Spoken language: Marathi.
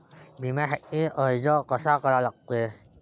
बिम्यासाठी अर्ज कसा करा लागते?